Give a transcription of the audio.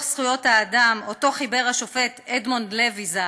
זכויות האדם שחיבר השופט אדמונד לוי ז"ל,